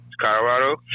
Colorado